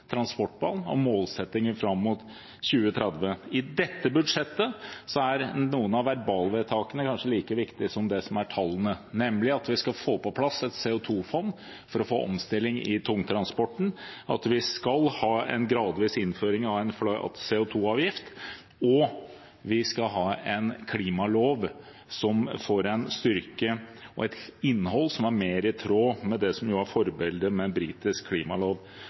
transportplan, og målsettinger fram mot 2030. I dette budsjettet er noen av verbalvedtakene kanskje like viktige som tallene, nemlig at vi skal få på plass et CO2-fond for å få omstilling i tungtransporten, at vi skal ha en gradvis innføring av en flat CO2-avgift, og at vi skal ha en klimalov, som får en styrke og et innhold som er mer i tråd med – det som er forbildet – en britisk klimalov.